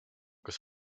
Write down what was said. kas